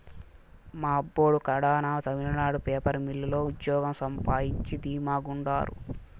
మా అబ్బోడు కడాన తమిళనాడు పేపర్ మిల్లు లో ఉజ్జోగం సంపాయించి ధీమా గుండారు